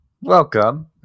welcome